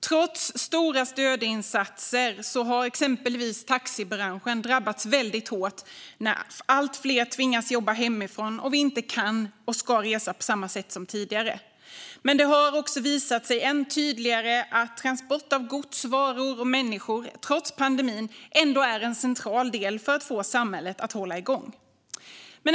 Trots stora stödinsatser har exempelvis taxibranschen drabbats väldigt hårt när allt fler tvingas jobba hemifrån och vi inte kan och ska resa på samma sätt som tidigare. Men det har också visat sig än tydligare att transport av gods, varor och människor trots pandemin är en central del för att få samhället att hålla igång.